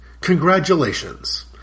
Congratulations